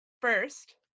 first